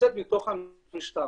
שנמצאת בתוך המשטרה.